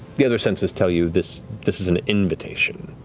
the other senses tell you this this is an invitation.